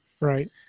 Right